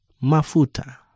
Mafuta